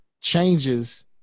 changes